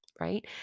right